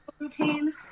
routine